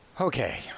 Okay